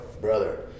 brother